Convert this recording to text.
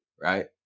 right